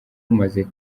umaze